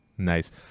Nice